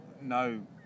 no